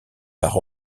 par